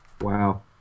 wow